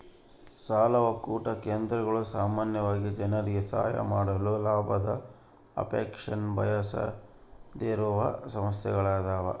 ಸಾಲ ಒಕ್ಕೂಟ ಕೇಂದ್ರಗಳು ಸಾಮಾನ್ಯವಾಗಿ ಜನರಿಗೆ ಸಹಾಯ ಮಾಡಲು ಲಾಭದ ಅಪೇಕ್ಷೆನ ಬಯಸದೆಯಿರುವ ಸಂಸ್ಥೆಗಳ್ಯಾಗವ